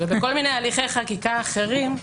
ובכל מיני הליכי חקיקה אחרים,